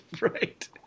Right